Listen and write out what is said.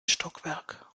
stockwerk